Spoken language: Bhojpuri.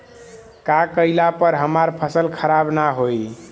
का कइला पर हमार फसल खराब ना होयी?